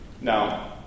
Now